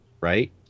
Right